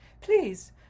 Please